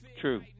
True